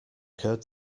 occurred